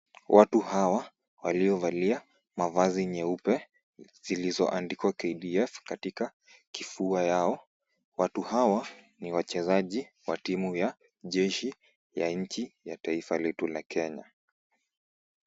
Watu hawa waliovalia mavazi nyeupe zilizoandikwa KDF katika kifua yao. Watu hawa ni wachezaji wa timu ya jeshi ya nchi ya taifa letu la Kenya.